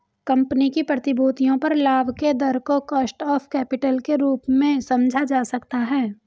company की प्रतिभूतियों पर लाभ के दर को कॉस्ट ऑफ कैपिटल के रूप में समझा जा सकता है